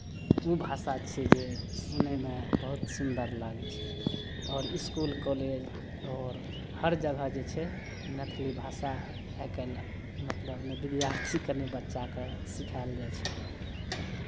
ओ भाषा छियै जे सुनयमे बहुत सुन्दर लागै छै आओर इसकुल कॉलेज आओर हर जगह जे छै मैथली भाषा आइ काल्हि मतलब नहि विद्यार्थीकेँ नहि बच्चाकेँ सिखायल जाइ छै